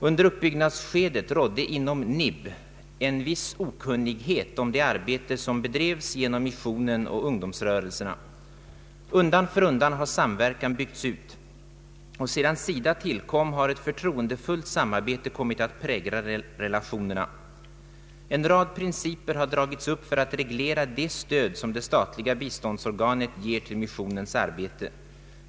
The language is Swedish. Under <uppbyggnadsskedet rådde inom NIB en viss okunnighet om det arbete som bedrevs genom missionen och ungdomsrörelserna. Undan för undan har samverkan byggts ut, och under SIDA:s tid har ett förtroendefullt samarbete kommit att prägla relationerna. En rad principer har dragits upp för att reglera det stöd som det statliga biståndsorganet ger till missionens arbete.